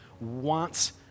wants